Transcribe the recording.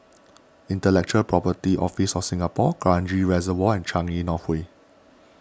Intellectual Property Office of Singapore Kranji Reservoir and Changi North Way